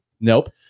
Nope